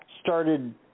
started